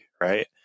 right